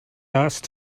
asked